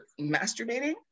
masturbating